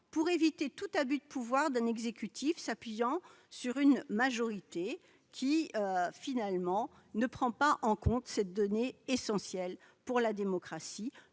pour éviter tout abus de pouvoir d'un exécutif s'appuyant sur une majorité qui ne prendrait pas en compte cet élément essentiel pour la démocratie,